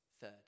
Third